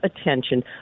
attention